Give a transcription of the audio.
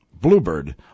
Bluebird